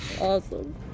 Awesome